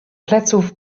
pleców